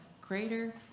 greater